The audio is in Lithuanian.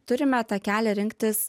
turime tą kelią rinktis